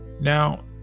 Now